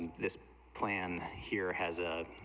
this plan here has ah